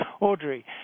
Audrey